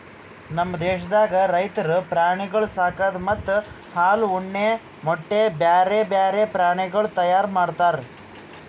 ನಮ್ ದೇಶದಾಗ್ ರೈತುರು ಪ್ರಾಣಿಗೊಳ್ ಸಾಕದ್ ಮತ್ತ ಹಾಲ, ಉಣ್ಣೆ, ಮೊಟ್ಟೆ, ಬ್ಯಾರೆ ಬ್ಯಾರೆ ಪ್ರಾಣಿಗೊಳ್ ತೈಯಾರ್ ಮಾಡ್ತಾರ್